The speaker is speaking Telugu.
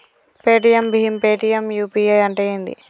పేటిఎమ్ భీమ్ పేటిఎమ్ యూ.పీ.ఐ అంటే ఏంది?